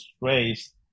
raised